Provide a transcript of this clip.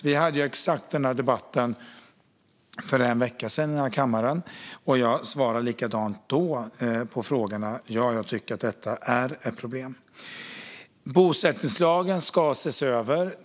Vi hade exakt denna debatt för en vecka sedan i den här kammaren, och jag svarade likadant då: Ja, jag tycker att detta är ett problem. Bosättningslagen ska ses över.